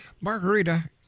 Margarita